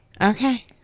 Okay